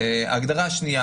הגדרה שניה